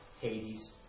Hades